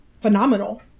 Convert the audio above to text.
phenomenal